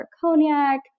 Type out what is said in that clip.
cognac